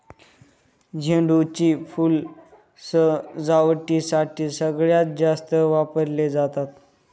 झेंडू ची फुलं सजावटीसाठी सगळ्यात जास्त वापरली जातात